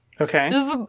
Okay